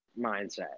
mindset